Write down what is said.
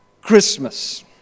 Christmas